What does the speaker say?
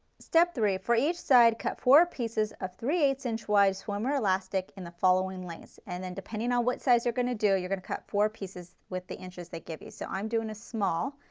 step three, for each side, cut four pieces of three eight ths inch wide swimmer elastic in the following ways and then depending on what size you are going to do, you are going to cut four pieces with the inches that give you, so i am doing a small.